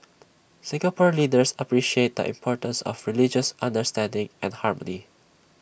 Singapore leaders appreciate the importance of religious understanding and harmony